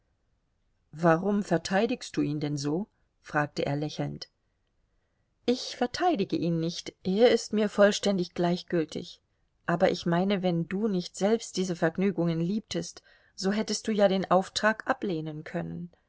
warum verteidigst du ihn denn so fragte er lächelnd ich verteidige ihn nicht er ist mir vollständig gleichgültig aber ich meine wenn du nicht selbst diese vergnügungen liebtest so hättest du ja den auftrag ablehnen können